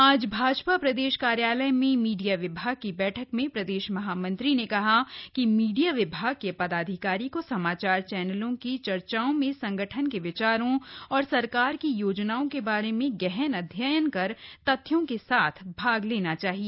आज भाजपा प्रदेश कार्यालय में मीडिया विभाग की बैठक में प्रदेश महामंत्री ने कहा कि मीडिया विभाग के पदाधिकारी को समाचार चैनलों की चर्चाओं में संगठन के विचारों और सरकार की योजनाओं के बारे में गहन अध्ययन कर तथ्यों के साथ भाग लेना चाहिए